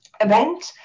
event